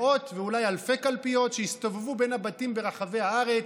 מאות ואולי אלפי קלפיות שיסתובבו בין הבתים ברחבי הארץ.